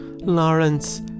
Lawrence